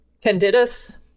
Candidus